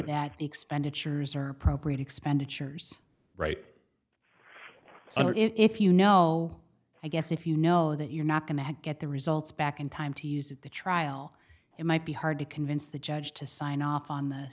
that the expenditures are appropriate expenditures right if you know i guess if you know that you're not going to get the results back in time to use the trial it might be hard to convince the judge to sign off on th